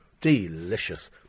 Delicious